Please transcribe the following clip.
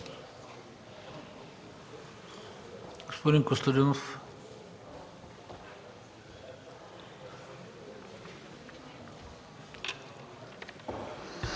Господин Костадинов.